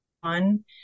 one